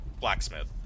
blacksmith